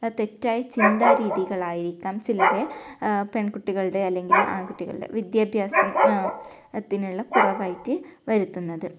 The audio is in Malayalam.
ആ തെറ്റായ ചിന്താ രീതികളായിരിക്കാം ചിലരെ പെൺകുട്ടികളുടെ അല്ലെങ്കിൽ ആൺകുട്ടികളുടെ വിദ്യാഭ്യാസം ആ അതിനുള്ള കുറവായിട്ട് വരുത്തുന്നത്